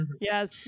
Yes